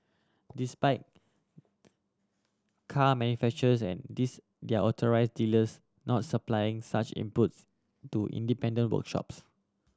this spite car manufacturers and this their authorise dealers not supplying such inputs to independent workshops